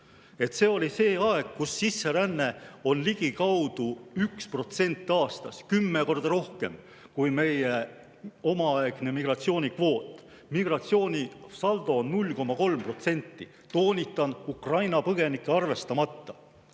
See oli see aeg, kus sisseränne oli ligikaudu 1% aastas – kümme korda suurem kui meie omaaegne migratsioonikvoot. Migratsioonisaldo on 0,3% – toonitan, Ukraina põgenikke arvestamata.